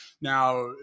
Now